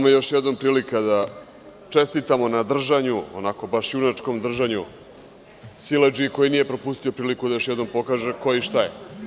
Dabome, još jednom prilika da čestitamo na držanju, onako baš junačkom držanju siledžiji koji nije propustio priliku da još jednom pokaže ko je i šta je.